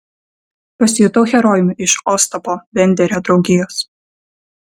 pasijutau herojumi iš ostapo benderio draugijos